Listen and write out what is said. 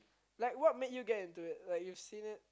like what made you get into it like you've seen it